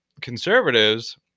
conservatives